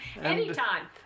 Anytime